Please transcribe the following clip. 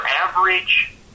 average